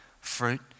fruit